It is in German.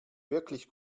wirklich